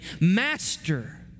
Master